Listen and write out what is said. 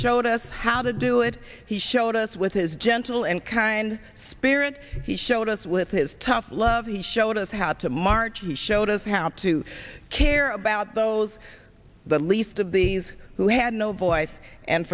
showed us how to do it he showed us with his gentle and kind spirit he showed us with his tough love he showed us how to march he showed us how to care about those the least of these who had no voice and